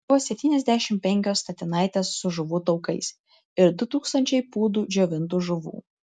buvo septyniasdešimt penkios statinaitės su žuvų taukais ir du tūkstančiai pūdų džiovintų žuvų